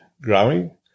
growing